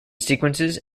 sequences